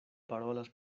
parolas